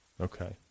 Okay